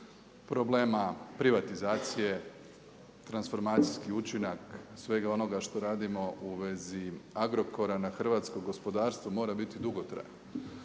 problema privatizacije, transformacijski učinak, svega onoga što radimo u vezi Agrokora na hrvatsko gospodarstvo mora biti dugotrajno.